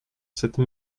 cette